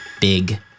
big